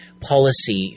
Policy